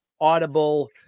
Audible